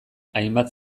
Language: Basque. hainbat